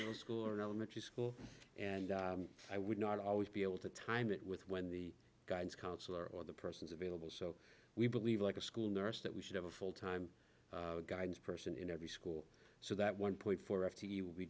into school or elementary school and i would not always be able to time it with when the guidance counselor or the persons available so we believe like a school nurse that we should have a full time guides person in every school so that one point four